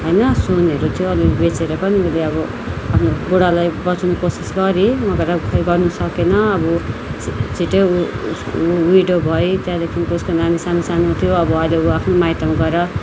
होइन सुनहरू थियो अलि अलि बेचेर पनि उसले अब आफ्नो बुढालाई बचाउने कोसिस गरी मजाले गर्नु सकेन अब छिटै वि विडो भइन् त्यहाँदेखि उसको नानी सानो सानो थियो अहिले ऊ अब आफ्नो माइतमा गएर